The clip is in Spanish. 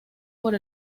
por